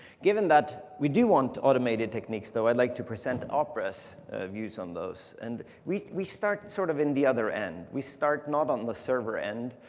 given that we do want automated techniques though, i'd like to present opera's views on those. and we we start sort of on the other end. we start not on the server end,